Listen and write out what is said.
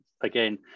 again